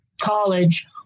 college